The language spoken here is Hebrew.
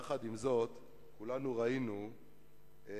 עם זאת, כולנו ראינו הטבות,